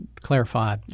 clarify